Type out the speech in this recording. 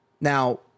now